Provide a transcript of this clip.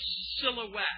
silhouette